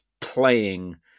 playing